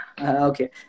okay